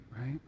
right